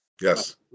Yes